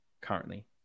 currently